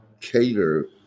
cater